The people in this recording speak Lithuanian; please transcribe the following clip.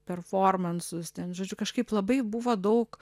performansus ten žodžiu kažkaip labai buvo daug